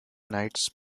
nights